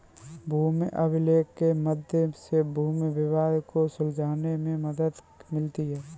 भूमि अभिलेख के मध्य से भूमि विवाद को सुलझाने में मदद मिलती है